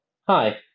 Hi